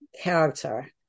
character